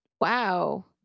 Wow